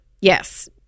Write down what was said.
yes